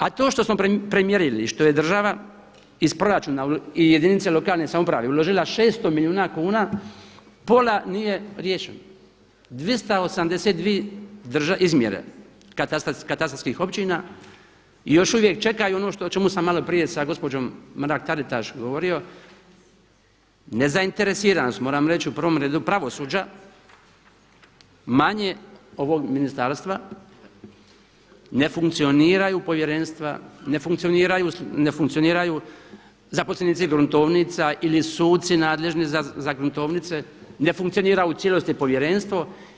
A to što smo premjerili i što je država iz proračuna i jedinice lokalne samouprave uložila 600 milijuna kuna pola nije riješeno, 282 izmjere katastarskih općina još uvijek čekaju ono o čemu sam malo prije sa gospođom Mrak-Taritaš govorio nezainteresiranost, moram reći u prvom redu pravosuđa, manje ovog ministarstva ne funkcioniraju povjerenstva, ne funkcioniraju zaposlenici gruntovnica ili suci nadležni za gruntovnice, ne funkcionira u cijelosti povjerenstvo.